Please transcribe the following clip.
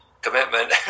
commitment